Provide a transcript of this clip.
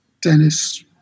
Dennis